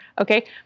okay